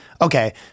Okay